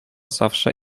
zawsze